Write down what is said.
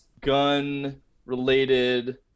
gun-related